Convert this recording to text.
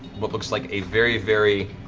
what looks like a very, very.